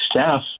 staff